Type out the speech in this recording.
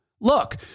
look